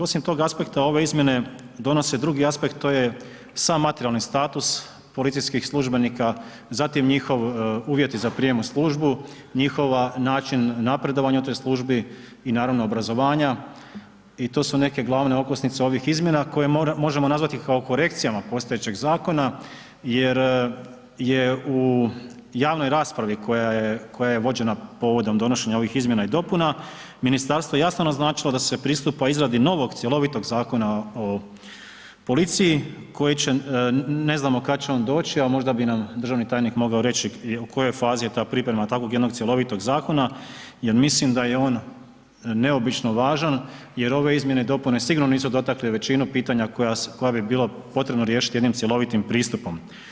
Osim tog aspekta, ove izmjene donose drugi aspekt, to je sam materijalni status policijskih službenika, zatim njihovi uvjeti za prijem u službu, njihov način napredovanja u toj službi i naravno obrazovanja i to su neke glavne okosnice ovih izmjena koje možemo nazvati kao korekcijama postojećeg zakona jer je u javnoj raspravi koja je vođena povodom donošenja ovih izmjena i dopuna, ministarstvo jasno naznačilo da se pristupa izradi novog cjelovitog Zakona o policiji koji će, ne znamo kad će on doći ali možda bi nam državni tajnik mogao reći u kojoj fazi je ta priprema takvog jednog cjelovito zakona jer mislim da je on neobično važan jer ove izmjene i dopune sigurno nisu dotakle većinu pitanja koja bi bila potrebno riješiti jednim cjelovitim pristupom.